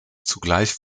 zugleich